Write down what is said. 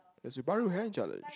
the Subaru hand challenge